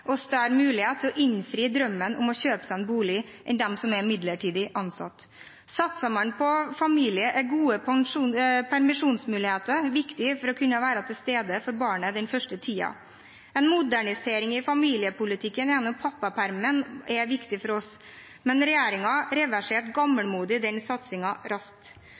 og større mulighet til å innfri drømmen om å kjøpe seg en bolig enn dem som er midlertidig ansatt. Satser man på familie, er gode permisjonsmuligheter viktig for å kunne være til stede for barnet den første tiden. En modernisering i familiepolitikken gjennom pappapermisjonen er viktig for oss, men regjeringen reverserte gammelmodig den satsingen raskt.